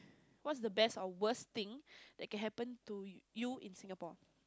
what's the best or worst thing that can happened to you in Singapore